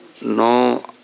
no